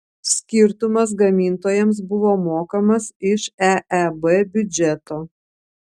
skirtumas gamintojams buvo mokamas iš eeb biudžeto